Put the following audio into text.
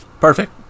Perfect